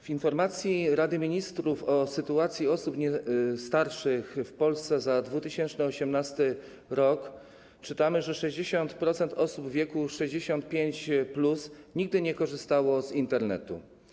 W informacji Rady Ministrów o sytuacji osób starszych w Polsce za 2018 r. czytamy, że 60% osób w wieku 65+ nigdy nie korzystało z Internetu.